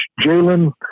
Jalen